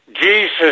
Jesus